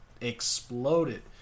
exploded